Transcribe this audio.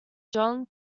john